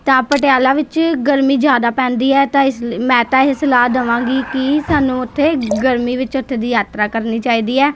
ਤਾਂ ਪਟਿਆਲਾ ਵਿੱਚ ਗਰਮੀ ਜ਼ਿਆਦਾ ਪੈਂਦੀ ਹੈ ਤਾਂ ਇਸ ਲਈ ਮੈਂ ਤਾਂ ਇਹ ਸਲਾਹ ਦੇਵਾਂਗੀ ਕਿ ਸਾਨੂੰ ਉੱਥੇ ਗਰਮੀ ਵਿੱਚ ਉੱਥੇ ਦੀ ਯਾਤਰਾ ਕਰਨੀ ਚਾਹੀਦੀ ਹੈ